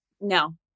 no